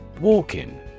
Walk-in